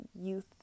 youth